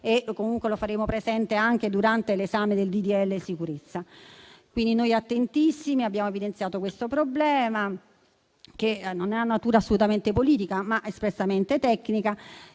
e comunque lo faremo presente anche durante l'esame del citato provvedimento. Noi, attentissimi, abbiamo quindi evidenziato questo problema, che non ha natura assolutamente politica, ma espressamente tecnica